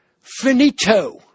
Finito